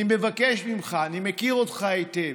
אני מבקש ממך, אני מכיר אותך היטב,